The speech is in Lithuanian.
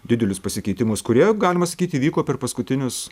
didelius pasikeitimus kurie galima sakyt įvyko per paskutinius